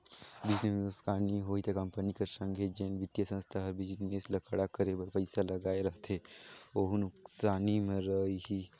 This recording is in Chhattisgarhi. बिजनेस में नुकसानी होही ता कंपनी कर संघे जेन बित्तीय संस्था हर बिजनेस ल खड़ा करे बर पइसा लगाए रहथे वहूं नुकसानी में रइही